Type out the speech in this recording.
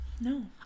No